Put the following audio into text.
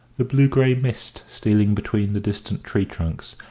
the blue-grey mist stealing between the distant tree-trunks,